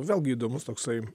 vėlgi įdomus toksai